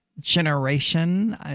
generation